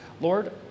Lord